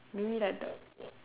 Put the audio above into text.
maybe like the